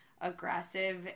aggressive